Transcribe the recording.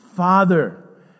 Father